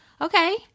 okay